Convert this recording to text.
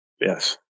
Yes